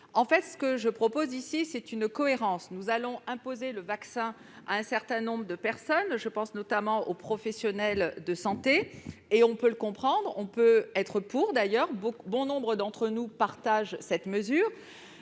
En fait, ce que je propose ici, c'est une mesure de cohérence. Nous allons imposer le vaccin à un certain nombre de personnes- je pense notamment aux professionnels de santé -; on peut le comprendre et être pour. D'ailleurs, beaucoup d'entre nous s'accordent sur